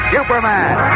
Superman